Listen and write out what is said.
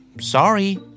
sorry